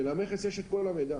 שלמכס יש את כל המידע.